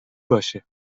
باشه